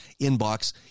inbox